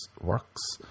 works